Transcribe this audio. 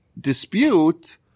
dispute